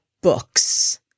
books